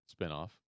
spinoff